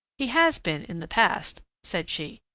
he has been in the past, said she.